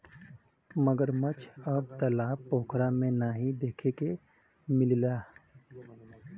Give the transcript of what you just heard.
मगरमच्छ अब तालाब पोखरा में नाहीं देखे के मिलला